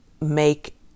make